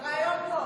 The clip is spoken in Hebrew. זה רעיון טוב.